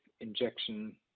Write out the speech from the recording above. injection